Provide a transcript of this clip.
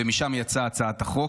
ומשם יצאה הצעת החוק.